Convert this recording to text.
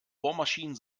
bohrmaschinen